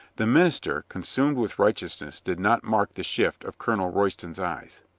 the minister, consumed with righteousness, did not mark the shift of colonel royston's eyes.